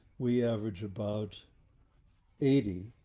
we average about eighty.